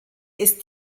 ist